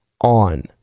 on